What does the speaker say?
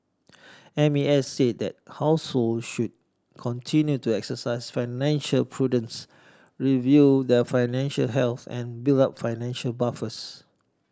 M A S said that household should continue to exercise financial prudence review their financial health and build up financial buffers